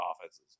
offenses